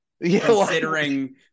Considering